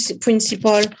principle